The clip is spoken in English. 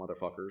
motherfuckers